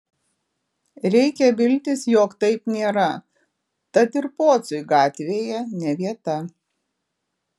reikia viltis jog taip nėra tad ir pociui gatvėje ne vieta